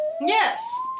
Yes